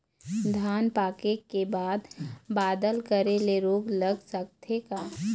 धान पाके के बाद बादल करे ले रोग लग सकथे का?